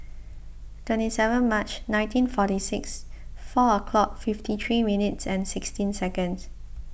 twenty seven March nineteen forty six four o'clock fifty three minutes and sixteen seconds